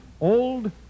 Old